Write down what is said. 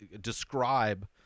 describe